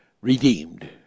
redeemed